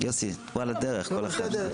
קודם כול,